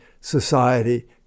society